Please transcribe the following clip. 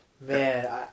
man